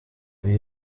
uyu